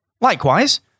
Likewise